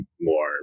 more